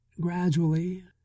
gradually